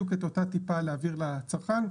בדיוק את אותה טיפה להעביר לצרכן.